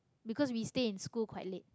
because we stay in school quite late